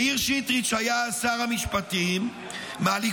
מאיר שטרית שהיה אז שר המשפטים מהליכוד,